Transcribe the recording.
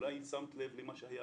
אולי שמת לב למה שהיה